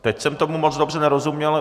Teď jsem tomu moc dobře nerozuměl.